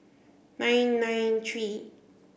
nine nine three